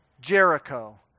Jericho